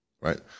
right